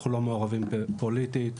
אנחנו לא מעורבים פוליטית,